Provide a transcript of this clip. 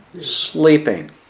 Sleeping